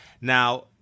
Now